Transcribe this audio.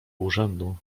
urzędu